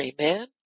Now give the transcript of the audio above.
amen